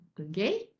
Okay